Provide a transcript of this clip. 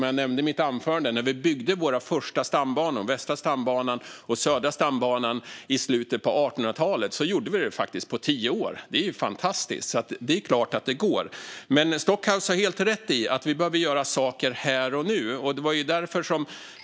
Jag nämnde i mitt anförande att när de första stambanorna byggdes, Västra stambanan och Södra stambanan, i slutet av 1800-talet, gjordes det på tio år. Det är fantastiskt, så det är klart att det går. Stockhaus har helt rätt i att vi behöver göra saker här och nu.